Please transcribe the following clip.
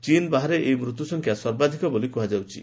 ଚୀନ ବାହାରେ ଏହି ମୃତ୍ୟୁସଂଖ୍ୟା ସର୍ବାଧିକ ବୋଲି କୁହାଯାଉଛି